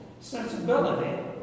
sensibility